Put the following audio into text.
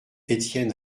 etienne